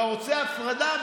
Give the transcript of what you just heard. אתה רוצה הפרדה?